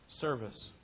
service